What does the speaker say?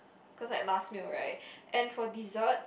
cause like last meal right and for dessert